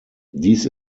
dies